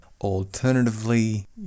Alternatively